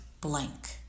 blank